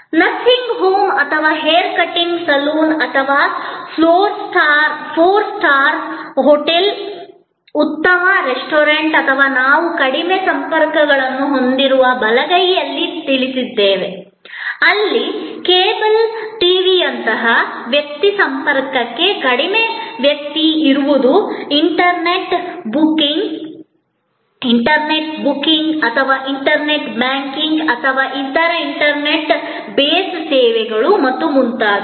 nursing home ಅಥವಾ hair cutting salon ಅಥವಾ four star hotel ಉತ್ತಮ ರೆಸ್ಟೋರೆಂಟ್ ಮತ್ತು ನಾವು ಕಡಿಮೆ ಸಂಪರ್ಕ ಸೇವೆಗಳನ್ನು ಹೊಂದಿರುವ ಬಲಗೈಯನ್ನು ತಿಳಿದಿದ್ದೇವೆ ಅಲ್ಲಿ ಕೇಬಲ್ ಟಿವಿಯಂತಹ ವ್ಯಕ್ತಿ ಸಂಪರ್ಕಕ್ಕೆ ಕಡಿಮೆ ವ್ಯಕ್ತಿ ಇರುವುದು ಇಂಟರ್ನೆಟ್ ಬ್ಯಾಂಕಿಂಗ್ ಮತ್ತು ಇತರ ಇಂಟರ್ನೆಟ್ ಬೇಸ್ ಸೇವೆಗಳು ಮತ್ತು ಹೀಗೆ